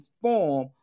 form